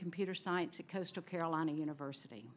computer science a coastal carolina university